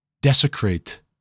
desecrate